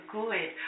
good